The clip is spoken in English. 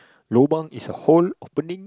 lobang is a hole opening